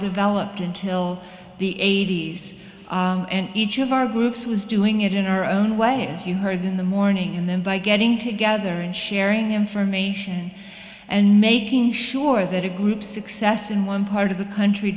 developed until the eighty's and each of our groups was doing it in our own way as you heard in the morning and then by getting together and sharing information and making sure that a group success in one part of the country